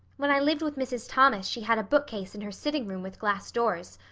when i lived with mrs. thomas she had a bookcase in her sitting room with glass doors.